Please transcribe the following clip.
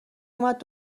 اومد